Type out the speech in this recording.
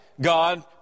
God